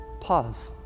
pause